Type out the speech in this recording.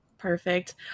Perfect